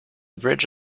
bridge